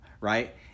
right